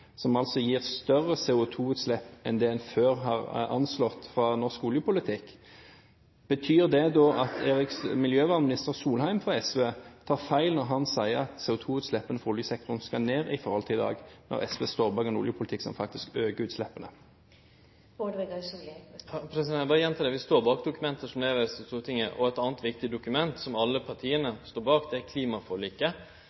som altså gir større CO2-utslipp enn det en før har anslått i norsk oljepolitikk. Betyr det da at miljøvernminister Solheim fra SV tar feil når han sier at CO2-utslippene fra oljesektoren skal ned i forhold til i dag, når SV står bak en oljepolitikk som faktisk øker utslippene? Eg vil berre gjenta det: Vi står bak dokument som vert leverte til Stortinget. Eit anna viktig dokument som alle